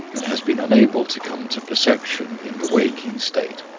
and has been unable to come to perception in the waking state.